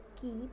keep